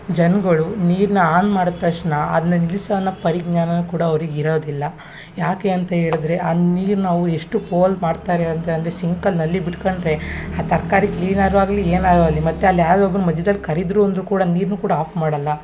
ಜನ್ಗಳು ನೀರನ್ನ ಆನ್ ಮಾಡಿದ್ ತಕ್ಷಣ ಅದನ್ನ ನಿಲ್ಸೊ ಅನ್ನೋ ಪರಿಜ್ಞಾನ ಕೂಡ ಅವ್ರಿಗೆ ಇರೋದಿಲ್ಲ ಯಾಕೆ ಅಂತ ಹೇಳ್ದ್ರೆ ಆ ನೀರ್ನ ನಾವು ಎಷ್ಟು ಪೋಲು ಮಾಡ್ತಾರೆ ಅಂದರೆ ಅಂದರೆ ಸಿಂಕಲ್ಲಿ ನಲ್ಲಿ ಬಿಟ್ಕಂಡ್ರೆ ಆ ತರಕಾರಿ ಕ್ಲೀನ್ ಆದರೂ ಆಗಲಿ ಏನಾದ್ರೂ ಆಗಲಿ ಮತತು ಅಲ್ಲಿ ಯಾರು ಒಬ್ರ ಮಧ್ಯದಲ್ಲಿ ಕರೆದ್ರು ಅಂದ್ರೆ ಕೂಡ ನೀರನ್ನು ಕೂಡ ಆಫ್ ಮಾಡಲ್ಲ